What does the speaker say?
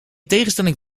tegenstelling